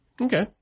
Okay